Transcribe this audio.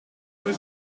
nous